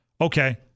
okay